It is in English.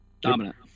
Dominant